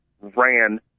ran